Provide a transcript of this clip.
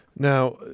Now